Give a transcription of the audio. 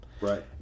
Right